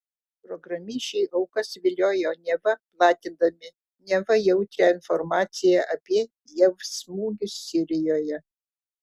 programišiai aukas viliojo neva platindami neva jautrią informaciją apie jav smūgius sirijoje